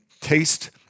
taste